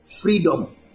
freedom